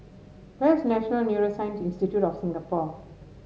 where is National Neuroscience Institute of Singapore